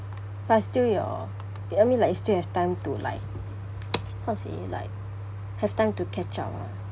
but still you're I mean you still have time to like how to say like have time to catch up ah